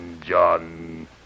john